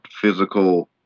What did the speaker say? physical